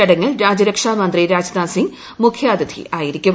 ചടങ്ങിൽ രാജ്യരക്ഷാമന്ത്രി രാജ്നാഥ് സിങ് മുഖ്യാതിഥി ആയിരിക്കും